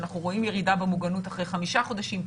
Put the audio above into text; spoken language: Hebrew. שאנחנו רואים ירידה במוגנות אחרי חמישה חודשים,